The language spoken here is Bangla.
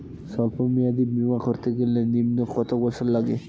সল্প মেয়াদী বীমা করতে গেলে নিম্ন কত বছর লাগে?